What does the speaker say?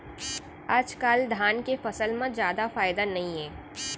आजकाल धान के फसल म जादा फायदा नइये